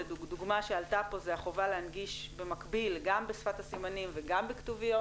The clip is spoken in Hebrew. דוגמה שעלתה פה זו החובה להנגיש במקביל גם בשפת הסימנים וגם בכתוביות,